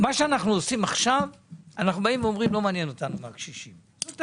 שאנחנו עושים עכשיו זה אומרים שלא מעניין אותנו מהקשישים כי